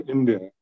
India